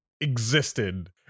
existed